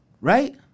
right